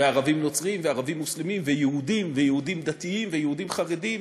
וערבים נוצרים וערבים מוסלמים ויהודים ויהודים דתיים ויהודים חרדים